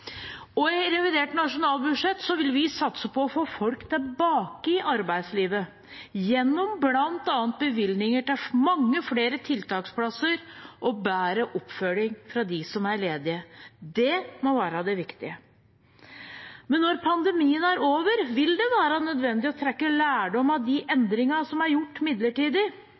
I revidert nasjonalbudsjett vil vi satse på å få folk tilbake i arbeidslivet, gjennom bl.a. bevilgninger til mange flere tiltaksplasser og bedre oppfølging av dem som er ledige. Det må være det viktige. Men når pandemien er over, vil det være nødvendig å trekke lærdom av de endringene som er gjort midlertidig.